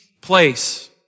place